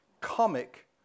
comic